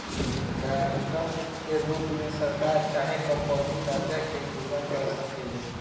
guarantor के रूप में सरकार चाहे कंपनी कर्जा के पूरा कर सकेले